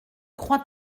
crois